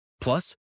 Plus